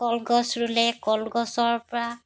কলগছ ৰুলে কলগছৰ পৰা